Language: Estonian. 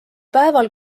päeval